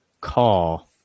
call